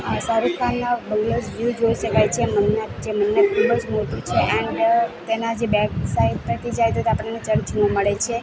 શાહરૂખ ખાનના bungalow view જોઈ શકાય છે મન્નત જે મન્નત ખૂબ જ મોટું છે એન્ડ તેના જે બેક સાઈડ પરથી જઈએ તો તો આપણને ચર્ચ મળે છે